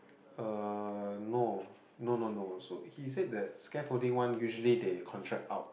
uh no no no no so he said that scaffolding one usually they contract out